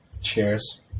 Cheers